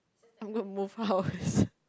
I'm going to move house